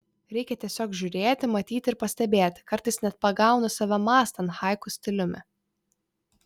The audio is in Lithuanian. reikia tiesiog žiūrėti matyti ir pastebėti kartais net pagaunu save mąstant haiku stiliumi